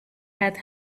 had